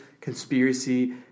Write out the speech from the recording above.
conspiracy